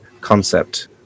concept